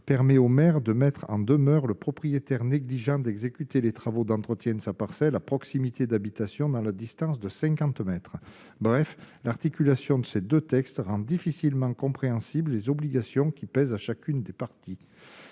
permet aux maires de mettre en demeure le propriétaire négligent d'exécuter les travaux d'entretien de sa parcelle à proximité d'habitations dans la distance de 50 mètres, bref l'articulation de ces 2 textes rend difficilement compréhensible, les obligations qui pèsent à chacune des parties,